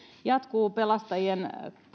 jatkuu pelastajien